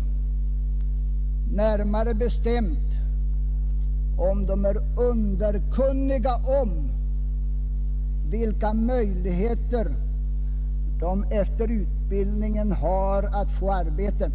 Är de, närmare bestämt, underkunniga om vilka möjligheter de efter utbildningen har att få arbete?